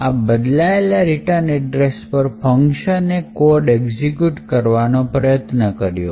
અને આ બદલેલા રિટર્ન એડ્રેસ પર ફંકશન એ કોડ એક્ઝિક્યુટ કરવાનો પ્રયત્ન કર્યો